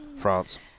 France